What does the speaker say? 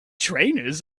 trainers